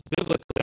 biblically